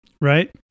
Right